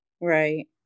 Right